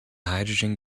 hydrogen